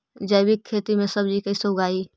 जैविक खेती में सब्जी कैसे उगइअई?